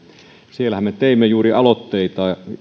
siellähän me teimme juuri aloitteita